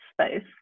space